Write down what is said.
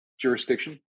jurisdiction